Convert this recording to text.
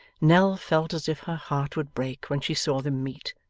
nell felt as if her heart would break when she saw them meet.